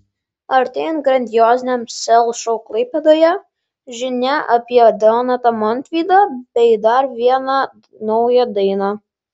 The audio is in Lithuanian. artėjant grandioziniam sel šou klaipėdoje žinia apie donatą montvydą bei dar vieną naują dainą